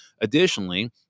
Additionally